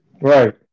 Right